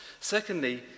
Secondly